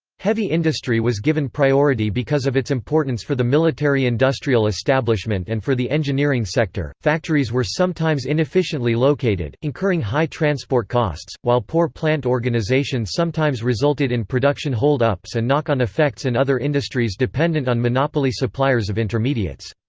heavy industry was given priority because of its importance for the military-industrial establishment and for the engineering sector factories were sometimes inefficiently located, incurring high transport costs, while poor plant-organisation sometimes resulted in production hold ups and knock-on effects in other industries dependent on monopoly suppliers of intermediates.